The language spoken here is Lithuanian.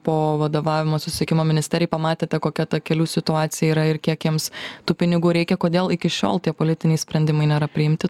po vadovavimo susisiekimo ministerijai pamatėte kokia ta kelių situacija yra ir kiek jiems tų pinigų reikia kodėl iki šiol tie politiniai sprendimai nėra priimti